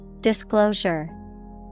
Disclosure